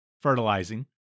fertilizing